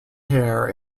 hair